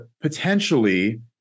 potentially